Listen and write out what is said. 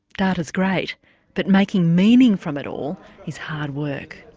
data's great but making meaning from it all is hard work.